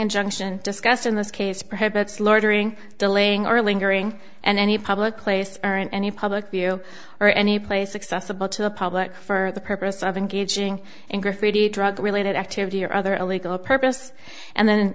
injunction discussed in this case perhaps loitering delaying or lingering and any public place arent any public view or any place accessible to the public for the purpose of engaging in graffiti drug related activity or other illegal purpose and then